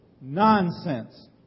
nonsense